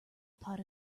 pot